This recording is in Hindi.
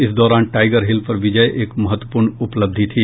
इस दौरान टाइगर हिल पर विजय एक महत्वपूर्ण उपलब्धि थी